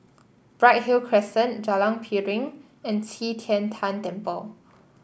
Bright Hill Crescent Jalan Piring and Qi Tian Tan Temple